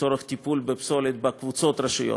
לצורך טיפול בפסולת בקבוצות רשויות.